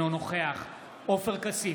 אינו נוכח עופר כסיף,